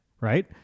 right